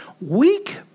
Weak